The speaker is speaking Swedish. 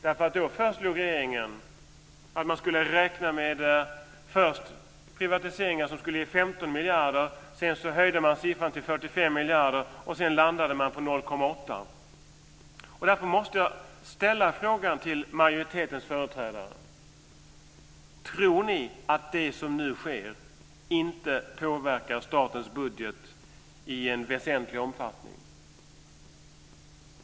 Då föreslog regeringen först att man skulle räkna med privatiseringar som skulle ge 15 miljarder. Därefter höjde man siffran till 45 miljarder. Sedan landade man på 0,8. Därför måste jag ställa frågan till majoritetens företrädare: Tror ni att det som nu sker inte påverkar statens budget i en väsentlig omfattning?